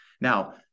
Now